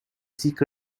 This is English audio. sick